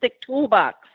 toolbox